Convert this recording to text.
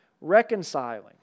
reconciling